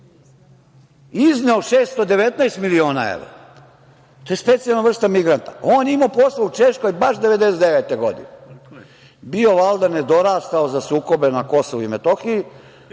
izneo 619 miliona evra. To je specijalna vrsta migranta. On je imao posla u Češkoj baš 1999. godine. Bio valjda nedorastao za sukobe na Kosovu i Metohiji,